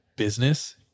Business